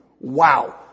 Wow